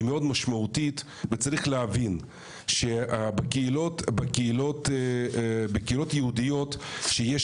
היא מאוד משמעותית וצריך להבין שבקהילות יהודיות שיש